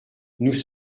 nous